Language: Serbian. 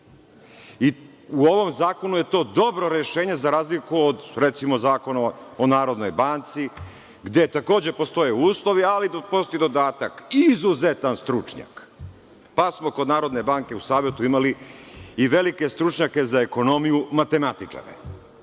U ovom zakonu je to dobro rešenje za razliku od, recimo, Zakona o Narodnoj banci, gde takođe postoje uslovi, ali postoji dodatak – izuzetan stručnjak, pa smo kod Narodne banke u Savetu imali i velike stručnjake za ekonomiju – matematičare.